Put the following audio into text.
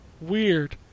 Weird